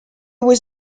was